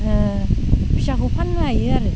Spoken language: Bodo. फिसाखौ फाननो हायो आरो